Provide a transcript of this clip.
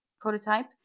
prototype